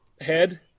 head